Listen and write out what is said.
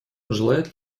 желает